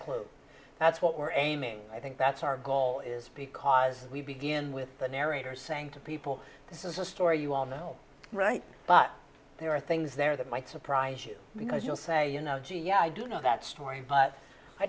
clue that's what we're aiming i think that's our goal is because we begin with the narrator saying to people this is a story you all know right but there are things there that might surprise you because you'll say you know gee yeah i do know that story but i